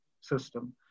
system